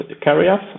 carriers